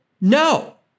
no